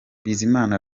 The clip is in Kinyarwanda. bizimana